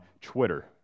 Twitter